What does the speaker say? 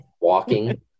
Walking